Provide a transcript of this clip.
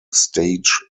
stage